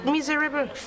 Miserable